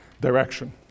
direction